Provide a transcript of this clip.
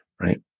right